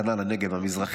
כנ"ל גם הנגב המזרחי,